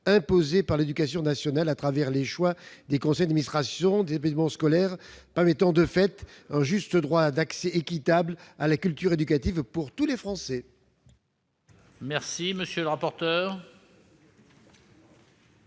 imposés par l'éducation nationale, à travers les choix des conseils d'administration des établissements scolaires. Ainsi, c'est un juste droit d'accès équitable à la culture éducative pour tous les Français que l'on fait vivre.